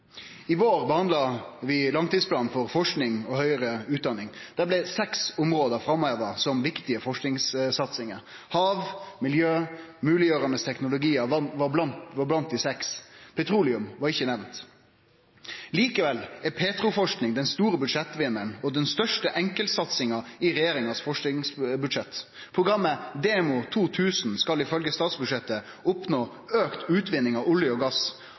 I vår behandla vi langtidsplanen for forsking og høgare utdanning. Der blei seks område framheva som viktige forskingssatsingar. Hav, miljø og mogleggjerande teknologiar var blant dei seks. Petroleum var ikkje nemnt. Likevel er petroforsking den store budsjettvinnaren og den største enkeltsatsinga i regjeringas forskingsbudsjett. Programmet Demo 2000 skal ifølgje statsbudsjettet oppnå auka utvinning av olje og gass